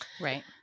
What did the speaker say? Right